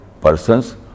persons